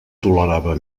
tolerava